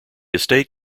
estate